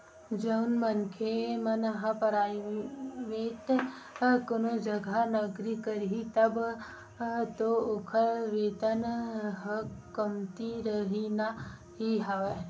जउन मनखे मन ह पराइवेंट कोनो जघा नौकरी करही तब तो ओखर वेतन ह कमती रहिना ही हवय